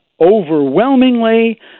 overwhelmingly